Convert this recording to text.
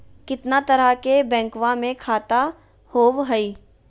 कितना तरह के बैंकवा में खाता होव हई?